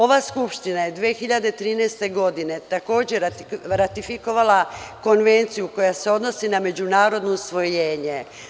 Ova skupština je 2013. godine, takođe ratifikovala konvenciju koja se odnosi na međunarodno usvojenje.